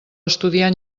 estudiar